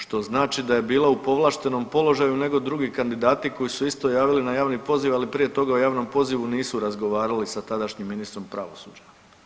Što znači da je bila u povlaštenom položaju nego drugi kandidati koji su se isto javili na javni poziv ali prije toga o javnom pozivu nisu razgovarali sa tadašnjim ministrom pravosuđa.